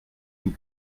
nous